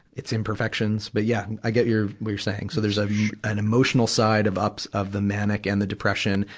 its imperfections. but yeah, i get your, what you're saying. so there's a, an emotional side of ups of the manic and the depression,